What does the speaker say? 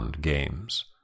games